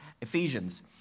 Ephesians